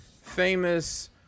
famous